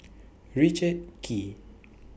Richard Kee